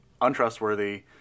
untrustworthy –